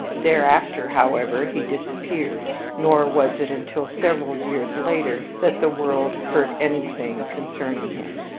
thereafter, however, he disappeared nor was it until several years later that the world heard anything concerning him.